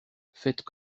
faites